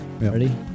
Ready